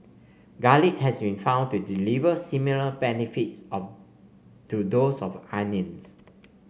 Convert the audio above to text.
garlic has been found to deliver similar benefits of to those of onions